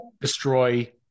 destroy